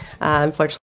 Unfortunately